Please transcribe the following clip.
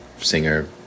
singer